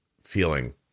feeling